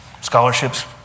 scholarships